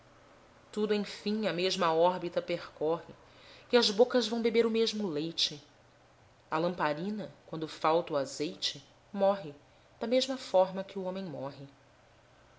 tudo enfim a mesma órbita percorre e as bocas vão beber o mesmo leite a lamparina quando falta o azeite morre da mesma forma que o homem morre